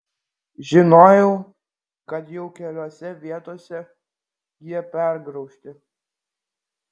žinojau kad jau keliose vietose jie pergraužti